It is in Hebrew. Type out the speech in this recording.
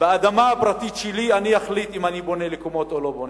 באדמה הפרטית שלי אני אחליט אם אני בונה בקומות או לא בונה.